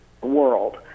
world